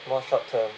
more short term